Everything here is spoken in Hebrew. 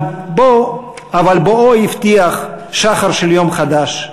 אבל בואו הבטיח שחר של יום חדש,